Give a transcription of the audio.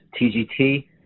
TGT